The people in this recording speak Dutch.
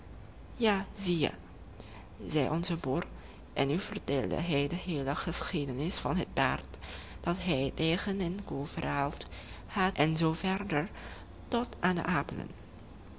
ja zie je zei onze boer en nu vertelde hij de heele geschiedenis van het paard dat hij tegen een koe verruild had en zoo verder tot aan de